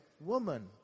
Woman